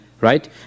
Right